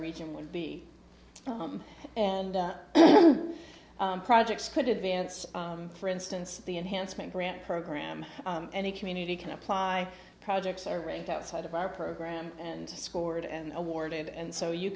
region would be and projects could advance for instance the enhancement grant program any community can apply projects are ranked outside of our program and scored and awarded and so you